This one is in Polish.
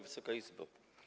Wysoka Izbo!